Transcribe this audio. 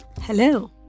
Hello